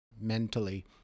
mentally